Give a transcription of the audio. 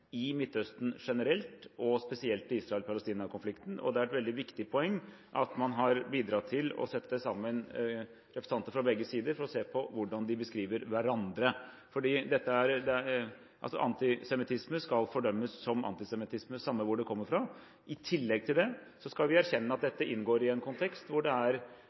i Midtøsten generelt og i Israel–Palestina-konflikten spesielt. Det er et veldig viktig poeng at man har bidratt til å sette sammen representanter fra begge sider for å se på hvordan de beskriver hverandre. Antisemittisme skal fordømmes som antisemittisme samme hvor den kommer fra. I tillegg til det skal vi erkjenne at dette inngår i en kontekst hvor det er